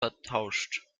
vertauscht